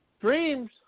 Dreams